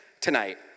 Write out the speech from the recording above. tonight